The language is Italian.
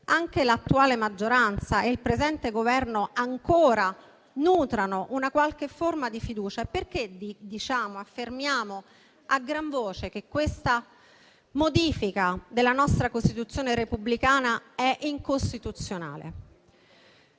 anche l'attuale maggioranza e il presente Governo ancora nutrano una qualche forma di fiducia. Perché affermiamo a gran voce che questa modifica della nostra Costituzione repubblicana è incostituzionale?